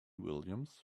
williams